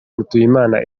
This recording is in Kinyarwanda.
mutuyimana